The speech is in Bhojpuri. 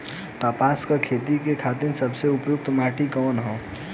कपास क खेती के खातिर सबसे उपयुक्त माटी कवन ह?